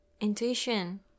Intuition